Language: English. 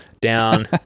down